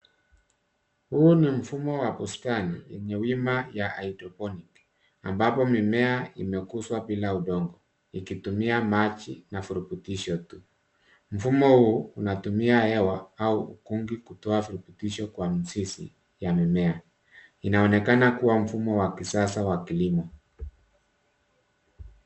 Huu mfumo wa bustani yenye wima ya hydroponic ambapo mimea imekuzwa bila udongo ikitumia maji na virutubisho tu, mfumo huu unatumia hewa au ukungi kutoa virutubisho kwa mizizi ya mimea inaonekana kuwa mfumo wa kisasa wa kilimo.